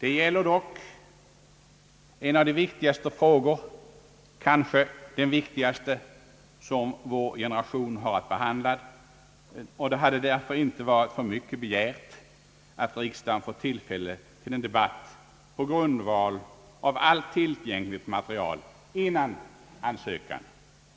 Det gäller dock en av de viktigaste frågor, kanske den viktigaste, som vår generation har att behandla, och det hade därför inte varit för mycket begärt att riksdagen fått tillfälle till en debatt på grundval av allt tillgängligt material innan ansökan